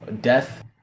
death